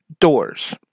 doors